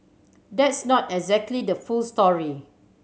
that's not exactly the full story